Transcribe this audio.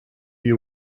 you